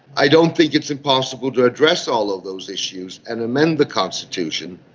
i don't think it's impossible to address all of those issues and amend the constitution.